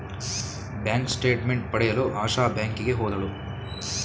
bank statement ಪಡೆಯಲು ಆಶಾ ಬ್ಯಾಂಕಿಗೆ ಹೋದಳು